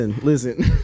listen